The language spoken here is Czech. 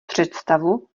představu